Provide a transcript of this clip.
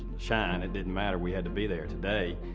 shine, it didn't matter, we had to be there. today,